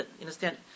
understand